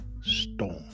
storm